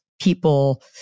people